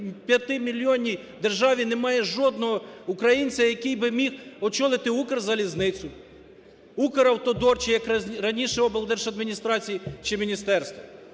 45-мільйонній державі, немає жодного українця, який би міг очолити "Укрзалізницю", "Укравтодор" чи як раніше облдержадміністрації чи міністерство.